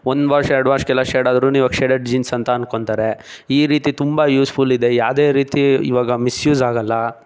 ಒಂದು ವಾಶ್ ಎರಡು ವಾಶ್ಗೆಲ್ಲ ಶೇಡಾದ್ರೂ ಇವಾಗ ಶೇಡೆಡ್ ಜೀನ್ಸ್ ಅಂತ ಅನ್ಕೊಳ್ತಾರೆ ಈ ರೀತಿ ತುಂಬ ಯೂಸ್ಫುಲ್ ಇದೆ ಯಾವುದೇ ರೀತಿ ಇವಾಗ ಮಿಸ್ಯೂಸ್ ಆಗೋಲ್ಲ